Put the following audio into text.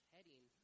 heading